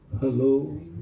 hello